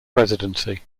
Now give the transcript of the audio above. presidency